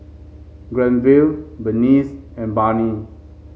Granville Berneice and Barney